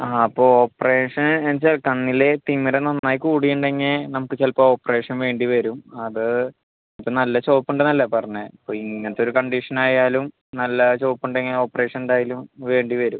ആ അപ്പോൾ ഓപ്പറേഷൻ്റെ കണ്ണിൽ തിമിരം നന്നായി കൂടിയുണ്ടെങ്കിൽ നമുക്ക് ചിലപ്പോൾ ഓപ്പറേഷൻ വേണ്ടി വരും അത് ഇപ്പോൾ നല്ല ചോപ്പുണ്ടുന്നല്ലേ പറഞ്ഞത് അപ്പോൾ ഇങ്ങനത്തൊരു കണ്ടീഷനായാലും നല്ല ചോപ്പുണ്ടെങ്കിൽ ഓപ്പറേഷൻ എന്തായാലും വേണ്ടി വരും